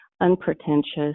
unpretentious